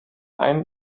ein